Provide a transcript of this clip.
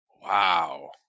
Wow